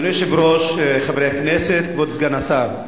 אדוני היושב-ראש, חברי הכנסת, כבוד סגן השר,